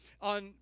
on